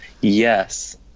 Yes